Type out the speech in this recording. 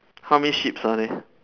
how many sheeps are there